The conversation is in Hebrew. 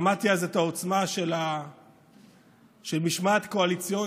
למדתי אז את העוצמה של משמעת קואליציונית.